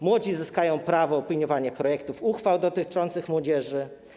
Młodzi zyskają prawo opiniowania projektów uchwał dotyczących młodzieży.